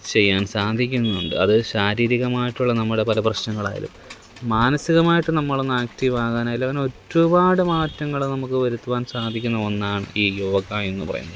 ചെയ്യാന് സാധിക്കുന്നുണ്ട് അത് ശാരീരികമായിട്ടുള്ള നമ്മൾ പല പ്രശ്നങ്ങളായാലും മനസികമായിട്ട് നമ്മൾ ഒന്ന് ആക്റ്റീവ് ആകാനായാലും അങ്ങനെ ഒരുപാട് മാറ്റങ്ങൾ നമ്മൾക്ക് വരുത്തുവാന് സാധിക്കുന്ന ഒന്നാണ് ഈ യോഗയെന്ന് പറയുന്നത്